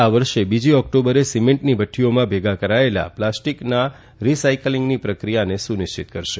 આ વર્ષે બીજી ઓક્ટબરે સીમેન્ટની ભટીઓમાં ભેગાં કરાયેલાં પ્લાસ્ટીકની રી સાઇકલીંગ પ્રક્રિયાને સુનિશ્ચિત કરશે